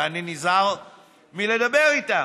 ואני נזהר מלדבר בהם,